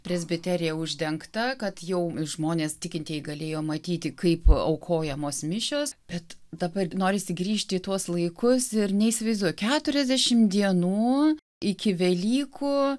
presbiterija uždengta kad jau žmonės tikintieji galėjo matyti kaip aukojamos mišios bet dabar norisi grįžti į tuos laikus ir neįsivaisduoju keturiasdešim dienų iki velykų